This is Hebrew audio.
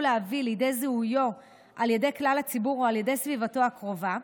להביא לזיהויו על ידי כלל הציבור או על ידי סביבתו הקרובה.